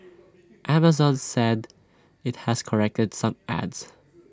Amazon said IT has corrected some ads